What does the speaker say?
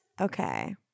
Okay